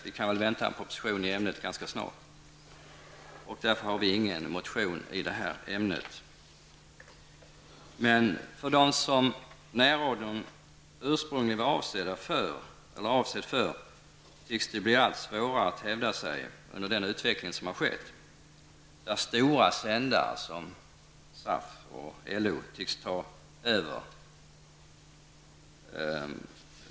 Vi kan nog vänta en proposition i ämnet ganska snart, och därför har vi inte avgett någon motion. Med den utveckling som har skett tycks det bli allt svårare att hävda sig för dem som närradion ursprungligen var avsedd för. Stora sändare, t.ex. från SAF och LO, tycks ta över.